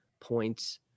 points